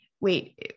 wait